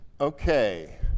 Okay